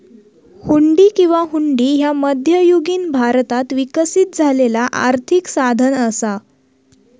हुंडी किंवा हुंडी ह्या मध्ययुगीन भारतात विकसित झालेला आर्थिक साधन असा